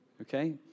okay